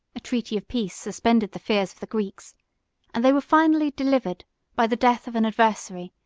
a treaty of peace suspended the fears of the greeks and they were finally delivered by the death of an adversary,